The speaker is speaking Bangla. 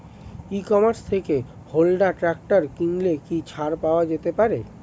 ই কমার্স থেকে হোন্ডা ট্রাকটার কিনলে কি ছাড় পাওয়া যেতে পারে?